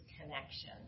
connection